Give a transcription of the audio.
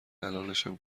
الانشم